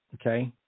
okay